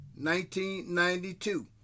1992